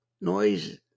noise